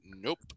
Nope